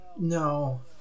No